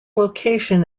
location